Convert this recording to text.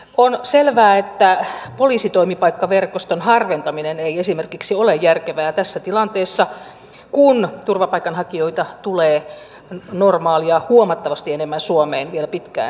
on selvää että poliisin toimipaikkaverkoston harventaminen ei esimerkiksi ole järkevää tässä tilanteessa kun turvapaikanhakijoita tulee normaalia huomattavasti enemmän suomeen vielä pitkään